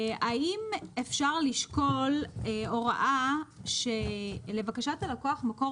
האם אפשר לשקול הוראה שלבקשת הלקוח מקור